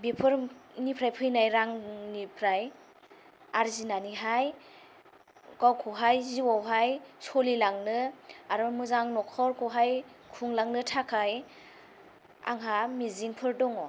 बेफोरनिफ्राय फैनाय रांनिफ्राय आरजिनानैहाय गावखौहाय जिवावहाय सलिलांनो आरो मोजां नखरखौहाय खुंलांनो थाखाय आंहा मिजिंफोर दङ